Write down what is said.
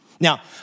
Now